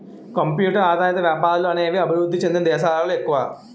computer ఆధారిత వ్యాపారాలు అనేవి అభివృద్ధి చెందిన దేశాలలో ఎక్కువ